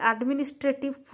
administrative